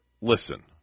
Listen